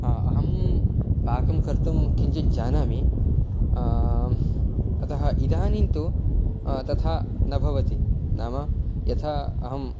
अहं पाकं कर्तुं किञ्चिज्जानामि अतः इदानीन्तु तथा न भवति नाम यथा अहं